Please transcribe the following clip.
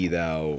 Thou